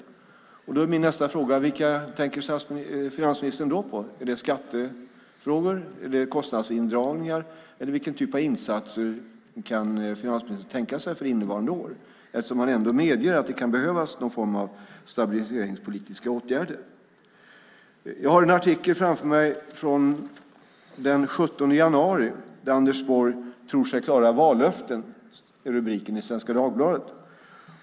Då är min nästa fråga: Vilka tänker finansministern på? Är det skattefrågor, kostnadsindragningar eller vilken typ av insatser kan finansministern tänka sig för innevarande år? Han medger att det kan behövas någon form av stabiliseringspolitiska åtgärder. Jag har framför mig en artikel i Svenska Dagbladet från den 17 januari där Anders Borg tror sig klara vallöfte; det är rubriken på artikeln.